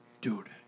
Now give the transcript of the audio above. dude